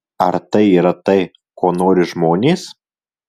ar tai yra tai ko nori žmonės